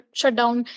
shutdown